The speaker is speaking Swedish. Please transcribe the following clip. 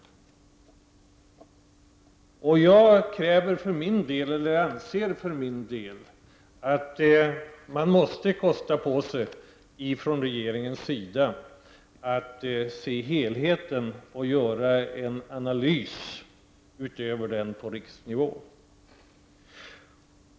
Jag anser för min del att regeringen måste kosta på sig att se helheten och göra en analys av arbetslösheten på riksnivå.